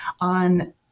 on